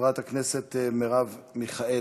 חברת הכנסת מרב מיכאלי.